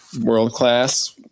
world-class